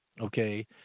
okay